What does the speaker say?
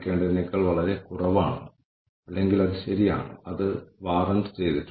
ഒരു ജീവനക്കാരൻ എത്രമാത്രം കഴിവുള്ളവനാണെന്ന് മനസ്സിലാക്കാൻ സഹായിക്കുന്ന വിദ്യാഭ്യാസ നിലവാരം നമ്മൾക്കുണ്ട്